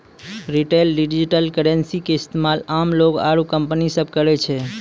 retail digital currency के इस्तेमाल आम लोग आरू कंपनी सब करै छै